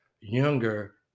younger